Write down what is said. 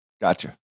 Gotcha